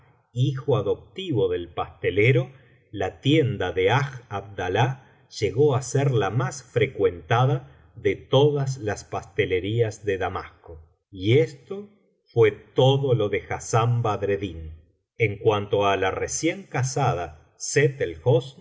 hijo adoptivo del pastelero la tienda de hadj abdalá llegó á ser la más frecuentada de todas las pastelerías de damasco y esto fué todo lo de hassán badreddin en cuanto á la recién casada sett ei hosn hija